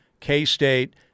K-State